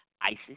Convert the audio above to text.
ISIS